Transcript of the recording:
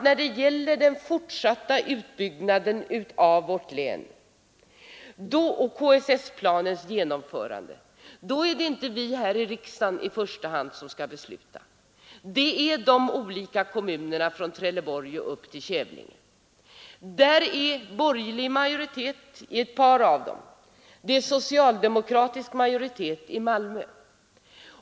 När det gäller den fortsatta utbyggnaden av vårt län och SSK-planens genomförande är det inte i första hand vi här i riksdagen som skall besluta; det är de olika kommunerna från Trelleborg och upp till Kävlinge. Det är borgerlig majoritet i ett par av dem, och det är socialdemokratisk majoritet i Malmö.